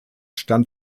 stand